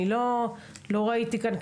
אני לא ראיתי כאן,